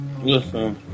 Listen